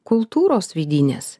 kultūros vidinės